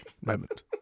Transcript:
moment